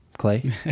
clay